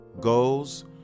goals